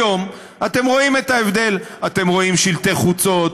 היום אתם רואים את ההבדל: אתם רואים שלטי חוצות,